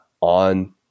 on